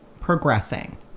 progressing